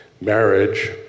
marriage